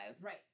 Right